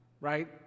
right